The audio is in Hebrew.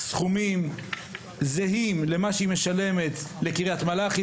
סכומים זהים למה שהיא משלמת לקריית מלאכי,